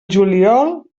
juliol